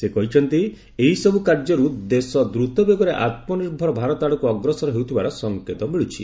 ସେ କହିଛନ୍ତି ଏହିସବୁ କାର୍ଯ୍ୟରୁ ଦେଶ ଦ୍ରତ ବେଗରେ ଆତ୍ମନିର୍ଭର ଭାରତ ଆଡ଼କୁ ଅଗ୍ରସର ହେଉଥିବାର ସଙ୍କେତ ମିଳ୍ଚୁଛି